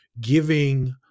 giving